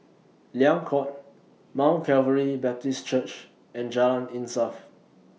Liang Court Mount Calvary Baptist Church and Jalan Insaf